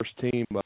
first-team